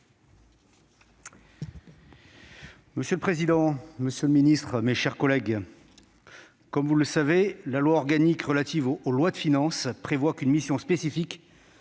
Monsieur le président, monsieur le ministre, mes chers collègues, vous le savez, la loi organique relative aux lois de finances (LOLF) prévoit qu'une mission spécifique